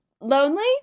lonely